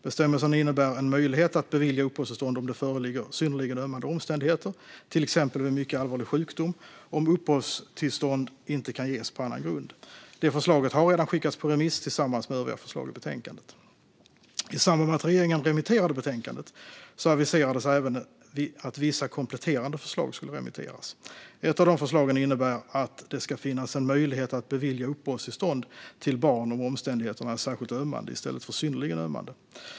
Bestämmelsen innebär en möjlighet att bevilja uppehållstillstånd om det föreligger synnerligen ömmande omständigheter, till exempel vid mycket allvarlig sjukdom, om uppehållstillstånd inte kan ges på annan grund. Det förslaget har redan skickats på remiss tillsammans med övriga förslag i betänkandet. I samband med att regeringen remitterade betänkandet aviserades även att vissa kompletterande förslag skulle remitteras. Ett av dessa förslag innebär att det ska finnas en möjlighet att bevilja uppehållstillstånd till barn om omständigheterna är särskilt ömmande i stället för synnerligen ömmande.